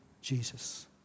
Jesus